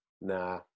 nah